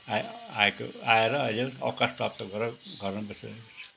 आ आएको आएर अहिले अवकास प्राप्त गरेर घरमा बसिरहेको छु